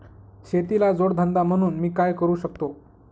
शेतीला जोड धंदा म्हणून मी काय करु शकतो?